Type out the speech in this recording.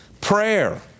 Prayer